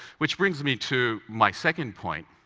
which brings me to my second point.